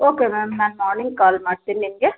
okay ma'am ನಾನು morning call ಮಾಡ್ತೀನಿ ನಿಮಗೆ